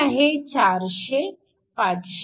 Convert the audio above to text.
ही आहे 400 500